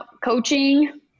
coaching